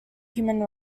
human